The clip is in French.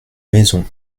maison